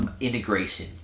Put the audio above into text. integration